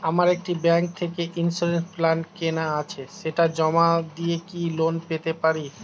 আমার একটি ব্যাংক থেকে ইন্সুরেন্স প্ল্যান কেনা আছে সেটা জমা দিয়ে কি লোন পেতে পারি?